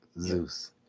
Zeus